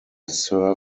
sir